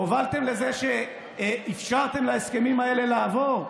הובלתם לזה שאפשרתם להסכמים האלה לעבור,